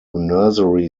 nursery